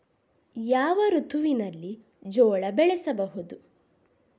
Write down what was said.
ಯಾವ ಋತುವಿನಲ್ಲಿ ಜೋಳ ಬೆಳೆಸಬಹುದು?